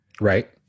Right